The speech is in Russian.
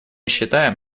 считаем